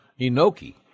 Inoki